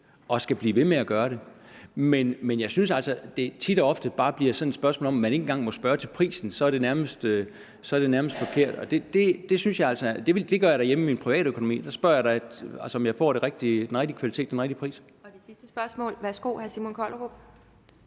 og skal blive ved med at gøre det. Men jeg synes altså, at det tit og ofte bare bliver sådan et spørgsmål om, at man ikke engang må spørge til prisen, for så er det nærmest forkert. Det gør jeg da hjemme i min privatøkonomi, der spørger jeg da til, om jeg får den rigtige kvalitet til den rigtige pris. Kl. 11:25 Anden næstformand